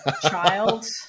child